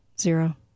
zero